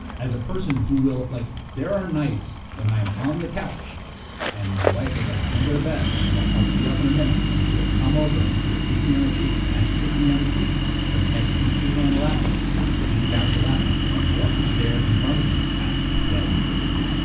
as a person who will. like there are nights when i am on the couch and my wife is like, i'm going to go to bed. and i'm like, i'll be up in a minute. and she will come over and she will kiss me on the cheek, and as she kisses me on the cheek her head reaches around the laptop and she sees down to the laptop and what is there in front of me at twelve thirty?